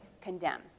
condemn